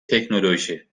teknoloji